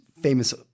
famous